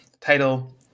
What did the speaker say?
title